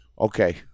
okay